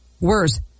Worse